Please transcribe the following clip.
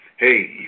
Hey